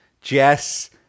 Jess